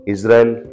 Israel